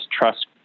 trust